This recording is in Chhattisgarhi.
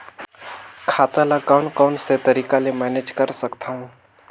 खाता ल कौन कौन से तरीका ले मैनेज कर सकथव?